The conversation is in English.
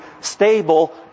stable